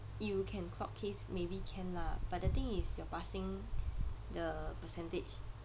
you can clock case maybe can lah but the thing is your passing the percentage